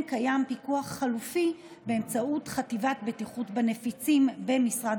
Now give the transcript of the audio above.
קיים פיקוח חלופי באמצעות חטיבת בטיחות בנפיצים במשרד